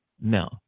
no